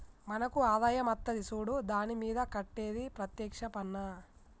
మనకు ఆదాయం అత్తది సూడు దాని మీద కట్టేది ప్రత్యేక్ష పన్నా